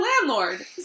landlord